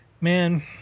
man